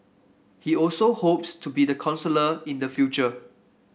he also hopes to be the counsellor in the future